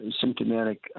symptomatic